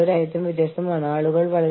ആതിഥേയ രാജ്യത്തിന്റെ നിയമങ്ങൾ ബാധകമാകുമോ